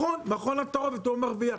נכון מכון התערובת מרוויח,